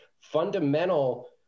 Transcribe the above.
fundamental